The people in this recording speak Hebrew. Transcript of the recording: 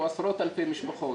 או עשרות אלפי משפחות.